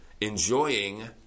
enjoying